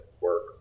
work